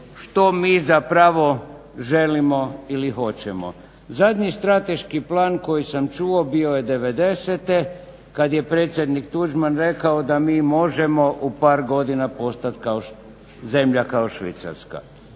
što mi zapravo želimo ili hoćemo. Zadnji strateški plan koji sam čuo bio je '90-e kad je predsjednik Tuđman rekao da mi možemo u par godina postati zemlja kao Švicarska.